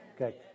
Okay